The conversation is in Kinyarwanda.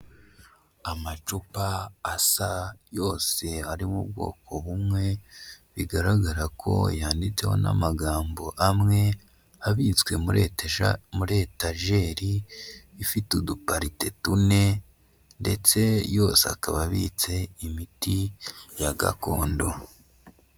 Amacupa asa yose ari mu bwoko bumwe bigaragara ko yanditseho n'amagambo amwe abitswe muri etager ifite uduparite tune ndetse yose akaba abitse imiti ya gakondo.